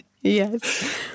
Yes